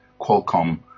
Qualcomm